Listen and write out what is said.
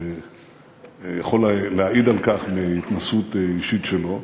יכול להעיד על כך מהתנסות אישית שלו.